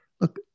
look